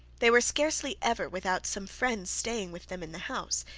they were scarcely ever without some friends staying with them in the house,